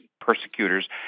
persecutors